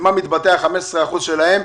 במה מתבטאים ה-15 אחוזים שלהם?